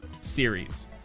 series